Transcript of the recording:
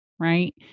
right